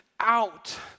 out